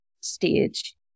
stage